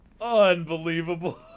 unbelievable